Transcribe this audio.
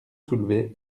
soulevé